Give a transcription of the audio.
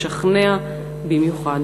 משכנע במיוחד.